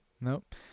Nope